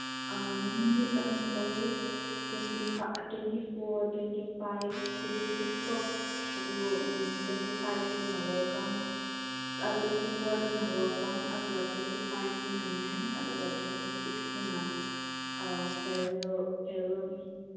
ꯅꯨꯃꯤꯠ ꯑꯍꯨꯝ ꯇꯧꯋꯦ twenty four twenty five twenty ꯁꯤꯛꯁꯀꯣ ꯑꯗꯨ ꯇ꯭ꯋꯦꯟꯇꯤ ꯐꯥꯏꯚꯇꯨꯅ ꯋꯦꯜꯀꯝ ꯇ꯭ꯋꯦꯟꯇꯤ ꯐꯣꯔꯗꯨꯅ ꯋꯦꯜꯀꯝ ꯑꯗꯨꯒ ꯇ꯭ꯋꯦꯟꯇꯤ ꯐꯥꯏꯚꯇꯨꯅ ꯃꯦꯟ ꯑꯗꯨꯒ ꯇ꯭ꯋꯦꯟꯇꯤ ꯁꯤꯛꯁꯇꯨꯅ ꯐꯤꯌꯔꯋꯦꯜ ꯐꯤꯌꯔꯋꯦꯜ